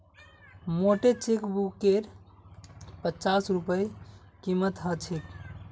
मोटे चेकबुकेर पच्चास रूपए कीमत ह छेक